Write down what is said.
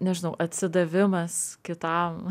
nežinau atsidavimas kitam